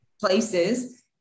places